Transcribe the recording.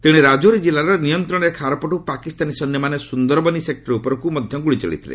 ତେଶେ ରାଜ୍ଚୌରୀ ଜିଲ୍ଲାର ନିୟନ୍ତ୍ରଣ ରେଖା ଆରପଟୁ ପାକିସ୍ତାନୀ ସୈନ୍ୟମାନେ ସୁନ୍ଦରବନୀ ସେକ୍ଟର ଉପରକୁ ମଧ୍ୟ ଗୁଳି ଚଳାଇଥିଲେ